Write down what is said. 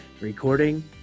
Recording